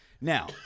Now